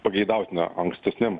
pageidautina ankstesniam